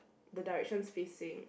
the directions facing